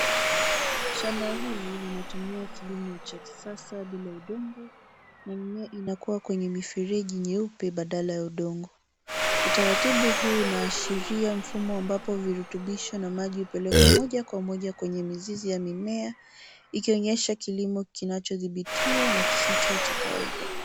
Shamba hili linatumia kilimo cha kisasa bila udongo, na mimea inakua kwenye mireji nyeupe, badala ya udongo. Utaratibu huu unaashiria mfumo ambapo virutubisho, na maji hupelekwa moja kwa moja kwenye mizizi ya mimea, ikionyesha kilimo kinachodhibitiwa, na kisicho cha kawaida.